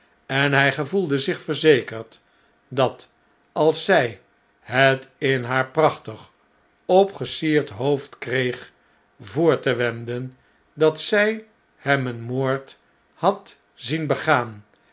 en hij gevoelde zich verzekerd dat als zij het in haar prachtig opgesierd hoofd kreeg voor te wenden dat zij hem een moord had zien begaan